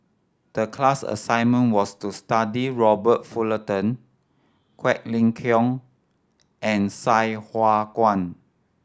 the class assignment was to study Robert Fullerton Quek Ling Kiong and Sai Hua Kuan